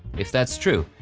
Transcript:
if that's true,